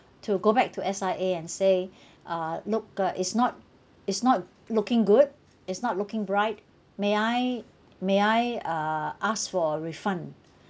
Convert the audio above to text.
to go back to S_I_A and say uh look uh it's not it's not looking good it's not looking bright may I may I uh ask for a refund